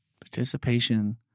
Participation